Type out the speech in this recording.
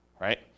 right